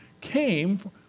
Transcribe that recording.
came